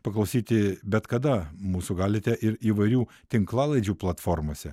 paklausyti bet kada mūsų galite ir įvairių tinklalaidžių platformose